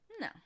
No